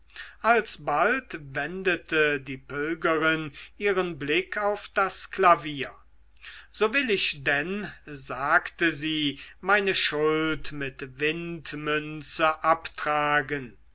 alsbald wendete die pilgerin ihren blick auf das klavier so will ich denn sagte sie meine schuld mit windmünze abtragen